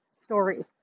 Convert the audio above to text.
story